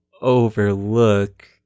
overlook